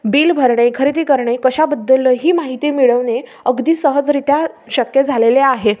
bill भरणे खरेदी करणे कशाबद्दलही माहिती मिळवणे अगदी सहजरीत्या शक्य झालेले आहे